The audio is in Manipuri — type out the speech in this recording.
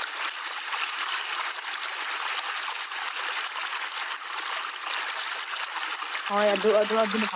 ꯍꯣꯏ ꯑꯥꯗ ꯑꯗꯨꯝ ꯇꯧꯔꯁꯤ ꯁꯤꯗꯒꯤ ꯑꯗꯨꯝ ꯄꯣꯠ ꯆꯩ ꯂꯥꯡꯉꯒ ꯄꯨꯔꯒ ꯑꯥꯗ ꯑꯗꯨꯝ ꯊꯣꯡ ꯊꯥꯛꯑꯒ ꯑꯗꯨꯅ ꯍꯦꯟꯅ ꯅꯨꯡꯉꯥꯏꯇ꯭ꯔꯣ ꯄꯨꯟꯕꯗꯗꯤ